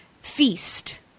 feast